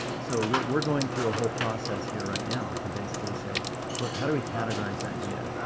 so we're going through a whole process here right now to basically say look, how do we categorize that data?